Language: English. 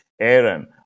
Aaron